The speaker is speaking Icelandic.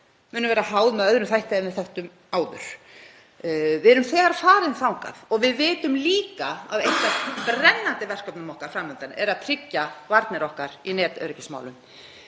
munu verða háð með öðrum þætti en við þekktum áður. Við erum þegar farin þangað og við vitum líka að eitt af brennandi verkefnum okkar fram undan er að tryggja varnir okkar í netöryggismálum.